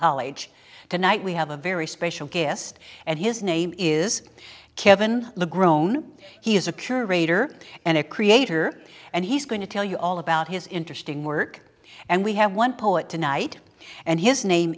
college tonight we have a very special guest and his name is kevin the grown he is a curator and a creator and he's going to tell you all about his interesting work and we have one poet tonight and his name